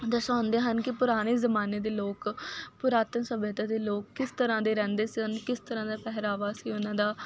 ਦਰਸਾਉਂਦੇ ਹਨ ਕਿ ਪੁਰਾਣੇ ਜ਼ਮਾਨੇ ਦੇ ਲੋਕ ਪੁਰਾਤਨ ਸਭਿਅਤਾ ਦੇ ਲੋਕ ਕਿਸ ਤਰ੍ਹਾਂ ਦੇ ਰਹਿੰਦੇ ਸਨ ਕਿਸ ਤਰ੍ਹਾਂ ਦਾ ਪਹਿਰਾਵਾ ਸੀ ਉਹਨਾਂ ਦਾ